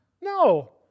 No